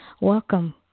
Welcome